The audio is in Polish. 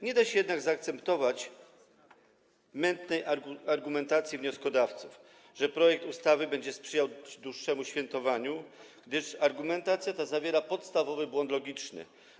Nie da się jednak zaakceptować mętnej argumentacji wnioskodawców, że projekt ustawy będzie sprzyjać dłuższemu świętowaniu, gdyż argumentacja ta zawiera podstawowy błąd logiczny.